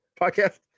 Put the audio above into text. podcast